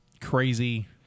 crazy